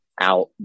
out